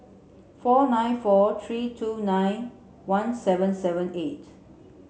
four nine four three two nine one seven seven eight